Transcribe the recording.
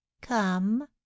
come